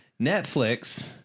Netflix